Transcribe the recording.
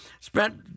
Spent